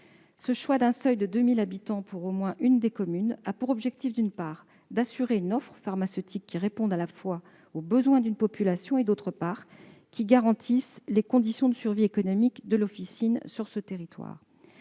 Ce choix d'un seuil de 2 000 habitants pour au moins l'une des communes a pour objectif d'assurer une offre pharmaceutique qui, d'une part, réponde aux besoins d'une population, et, d'autre part, garantisse les conditions de survie économique de l'officine sur ce territoire.